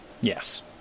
Yes